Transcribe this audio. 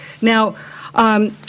Now